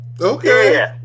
Okay